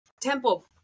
temple